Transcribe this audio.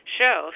show